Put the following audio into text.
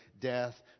death